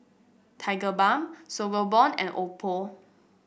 Tigerbalm Sangobion and Oppo